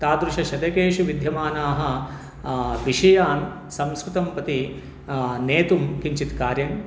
तादृशशतकेषु विद्यमानान् विषयान् संस्कृतं प्रति नेतुं किञ्चित् कार्यं